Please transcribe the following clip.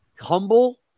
humble